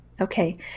Okay